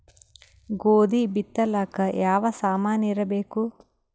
ಗೋಧಿ ಬಿತ್ತಲಾಕ ಯಾವ ಸಾಮಾನಿರಬೇಕು?